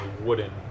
wooden